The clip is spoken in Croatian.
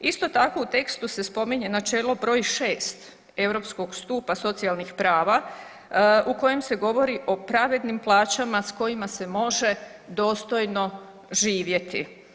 Isto tako u tekstu se spominje načelo broj 6 europskog stupa socijalnih prava u kojem se govori o pravednim plaćama s kojima se može dostojno živjeti.